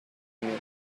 onions